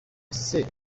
ese